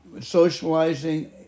socializing